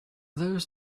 those